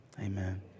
amen